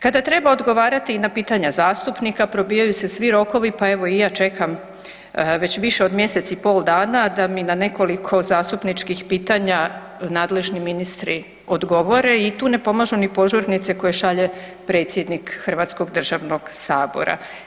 Kada treba odgovarati na pitanja zastupnika probijaju se svi rokovi pa evo i ja čekam već više od mjesec i pol dana da mi na nekoliko zastupničkih pitanja nadležni ministri odgovore i tu ne pomažu ni požurnice koje šalje predsjednik Hrvatskog državnog Sabora.